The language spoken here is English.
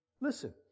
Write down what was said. Listen